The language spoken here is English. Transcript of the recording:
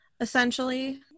essentially